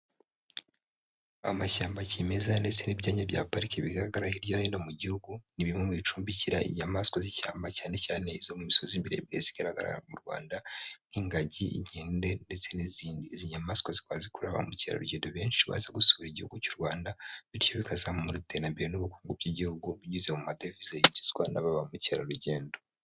Amashyamba kimeza ndetse n'ibyanya bya pariki bihagarara hirya no hino mu gihugu, ni bimwe mu bicumbikira inyamaswa z'ishyamba cyane cyane izo mu misozi miremibire zigaragara mu Rwanda nk'ingagi, inkende, ndetse n'izindizi, izi nyamaswa zikaba zikurura ba mukerarugendo benshi baza gusura igihugu cy'u Rwanda bityo bikazamura iterambere n'ubukungu bw'igihugu, binyuze mu madevize yinjizwa na ba mukerarugendo.